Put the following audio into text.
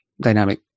dynamic